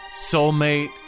soulmate